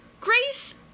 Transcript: Grace